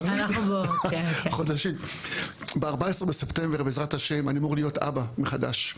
ב-14 בספטמבר בעזרת השם אני אמור להיות אבא מחדש.